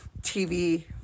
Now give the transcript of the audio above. TV